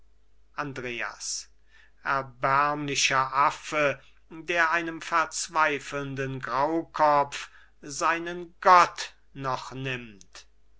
andreas erbärmlicher affe der einem verzweifelnden graukopf seinen gott noch nimmt